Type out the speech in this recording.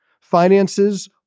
Finances